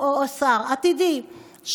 שר עתידי,